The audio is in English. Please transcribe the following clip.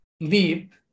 leap